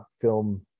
film